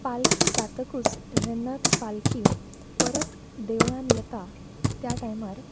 पालखी जातकूच जेन्ना ती पालखी परत देवळांत येता त्या टायमार